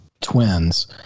twins